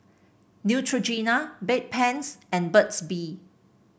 Neutrogena Bedpans and Burt's Bee